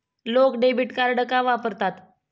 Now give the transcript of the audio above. लोक debit card का वापरतात?